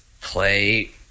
play